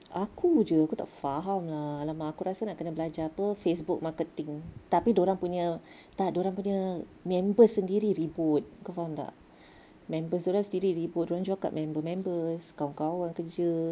aku jer aku tak faham lah !alamak! aku rasa nak kena belajar [pe] Facebook marketing tapi dorang punya entah dorang punya members sendiri ribut kau faham tak members dorang sendiri ribut dorang jual dekat member member kawan-kawan kerja